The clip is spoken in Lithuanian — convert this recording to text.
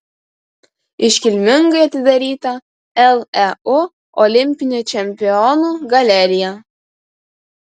iškilmingai atidaryta leu olimpinių čempionų galerija